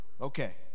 Okay